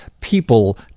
people